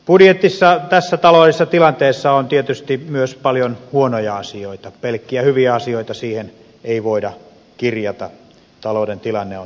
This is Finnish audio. budjetissa tässä taloudellisessa tilanteessa on tietysti myös paljon huonoja asioita pelkkiä hyviä asioita siihen ei voida kirjata talouden tilanne on sellainen